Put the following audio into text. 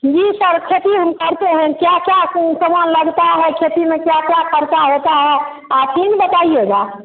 जी sir खेती हम करते हैं क्या क्या सामान लगता है खेती में क्या क्या खर्चा होता है आप ही ना बताइएगा